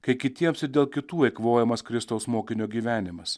kai kitiems ir dėl kitų eikvojamas kristaus mokinio gyvenimas